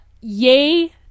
yay